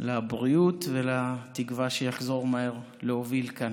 לאיחולי הבריאות ולתקווה שיחזור מהר להוביל כאן.